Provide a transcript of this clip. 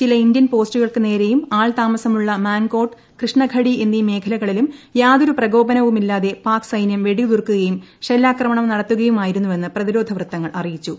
ചില ഇന്ത്യൻ പോസ്റ്റുകൾക്ക് നേരെയും ആൾതാമസമുള്ള മാൻകോട് കൃഷ്ണഘടി എന്നീ മേഖലകളിലും യാതൊരു പ്രകോപനവുമില്ലാതെ പാക് സൈന്യം വെടിയുതിർക്കുകയും ഷെല്ലാക്രമണം നടത്തുകയുമായിരുന്നുവെന്ന് പ്രതിരോധ വൃത്തങ്ങൾ അറിയിച്ചു